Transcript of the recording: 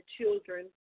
children